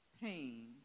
pain